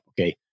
Okay